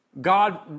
God